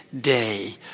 day